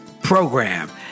program